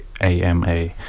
AMA